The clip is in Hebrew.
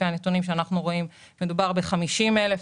לפי הנתונים שאנחנו רואים מדובר ב-50 אלף.